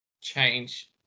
change